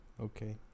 Okay